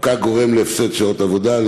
הפקק גורם להפסד שעות עבודה,